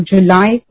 July